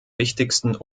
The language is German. wichtigsten